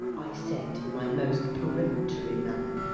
i said, in my most peremptory manner,